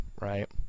right